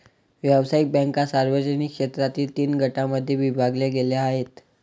व्यावसायिक बँका सार्वजनिक क्षेत्रातील तीन गटांमध्ये विभागल्या गेल्या आहेत